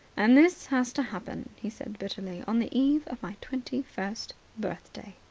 and this has to happen, he said bitterly, on the eve of my twenty-first birthday.